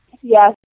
Yes